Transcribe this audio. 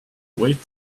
weight